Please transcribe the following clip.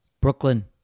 Brooklyn